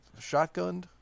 shotgunned